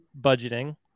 budgeting